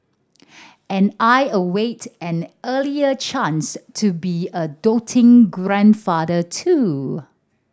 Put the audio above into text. and I await an earlier chance to be a doting grandfather too